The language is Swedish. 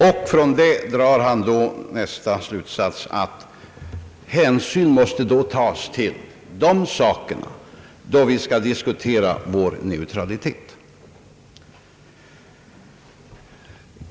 Därav drog han slutsatsen, att hänsyn måste tagas till dessa förhållanden, då vi skall diskutera vår neutralitet.